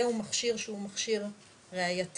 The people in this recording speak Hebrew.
זהו מכשיר שהוא מכיר ראייתי.